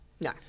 No